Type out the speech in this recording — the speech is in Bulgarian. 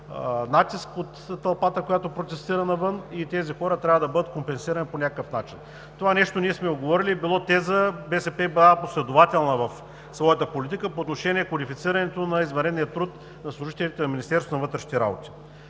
натиск от тълпата, която протестира навън, и тези хора трябва да бъдат компенсирани по някакъв начин. Това нещо ние сме го говорили, БСП е била последователна в своята политика по отношение кодифицирането на извънредния труд на служителите на